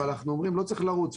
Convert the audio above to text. אבל לא צריך לרוץ,